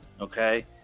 Okay